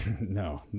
No